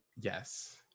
yes